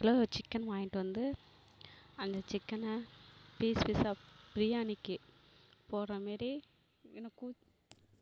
ஒரு kilo chicken வாங்கிட்டு வந்து அந்த சிக்கென பீஸ் பீஸா பிரியாணிக்கு போடுற மாதிரி ஏன்னா கூத்